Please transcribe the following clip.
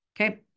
okay